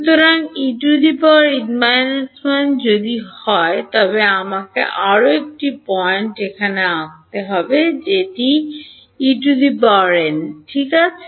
সুতরাং যদি En 1 হয় তবে আমাকে আরও একটি পয়েন্ট এখানে আঁকুন এটি En ঠিক আছে